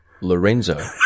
Lorenzo